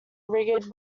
rigid